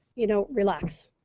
you know, relax.